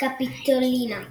איליה קפיטולינה "איליה"